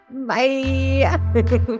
bye